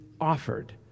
offered